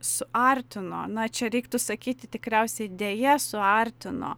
suartino na čia reiktų sakyti tikriausiai deja suartino